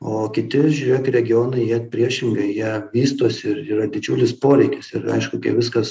o kiti žiūrėk regionai jie priešingai jie vystosi ir yra didžiulis poreikis ir aišku kai viskas